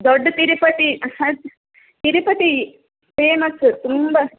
ದೊಡ್ಡ ತಿರುಪತಿ ಸಣ್ಣ ತಿರುಪತಿ ಫೇಮಸ್ಸ ತುಂಬ